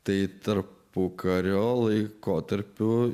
tai tarpukario laikotarpiu